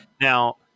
Now